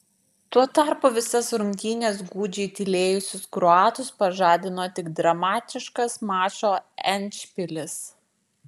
tuo tarpu visas rungtynes gūdžiai tylėjusius kroatus pažadino tik dramatiškas mačo endšpilis